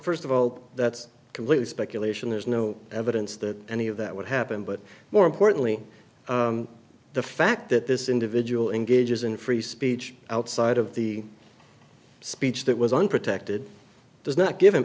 first of all that's completely speculation there's no evidence that any of that would happen but more importantly the fact that this individual engages in free speech outside of the speech that was unprotected does not give